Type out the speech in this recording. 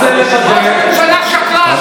שלוש וחצי שנים שלא עבר פה תקציב.